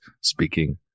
speaking